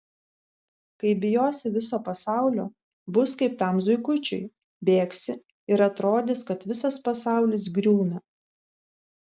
kai bijosi viso pasaulio bus kaip tam zuikučiui bėgsi ir atrodys kad visas pasaulis griūna